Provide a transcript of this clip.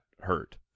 hurt